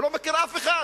הוא לא מכיר אף אחד,